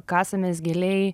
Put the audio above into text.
kasamės giliai